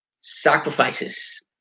Sacrifices